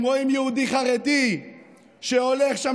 הם רואים יהודי חרדי שהולך שם,